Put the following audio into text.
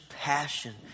passion